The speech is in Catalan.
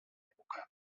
època